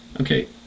Okay